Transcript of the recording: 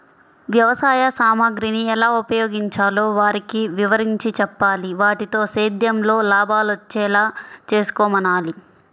వ్యవసాయ సామగ్రిని ఎలా ఉపయోగించాలో వారికి వివరించి చెప్పాలి, వాటితో సేద్యంలో లాభాలొచ్చేలా చేసుకోమనాలి